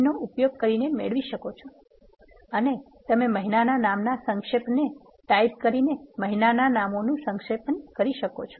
name નો ઉપયોગ કરીને મેળવી શકો છો અને તમે મહિનાના નામના સંક્ષેપને ટાઇપ કરીને મહિનાના નામોનું સંક્ષેપ કરી શકો છો